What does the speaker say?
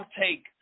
take